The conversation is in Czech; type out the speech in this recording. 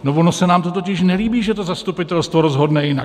No, ono se nám to totiž nelíbí, že to zastupitelstvo rozhodne jinak.